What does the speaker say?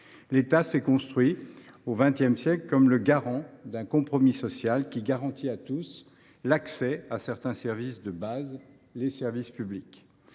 l’État s’est construit au XX siècle comme le garant d’un compromis social qui garantit à tous l’accès à certains services de base : les services publics.